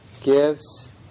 gives